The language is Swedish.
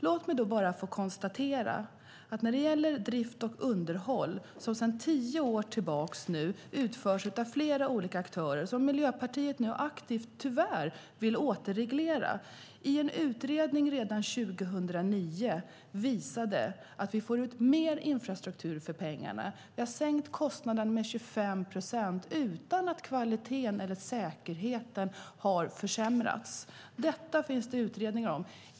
Låt mig då bara få konstatera att drift och underhåll sedan tio år tillbaka utförs av flera olika aktörer. Tyvärr vill Miljöpartiet nu aktivt återreglera det. En utredning redan 2009 visade att vi får ut mer infrastruktur för pengarna. Vi har sänkt kostnaderna med 25 procent utan att kvaliteten eller säkerheten har försämrats. Detta finns det utredningar om.